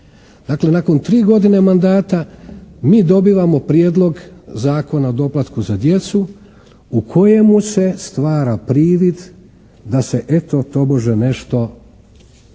dakle nakon 3 godine mandata mi dobivamo prijedlog Zakona o doplatku za djecu u kojemu se stvara privid da se eto tobože nešto